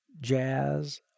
jazz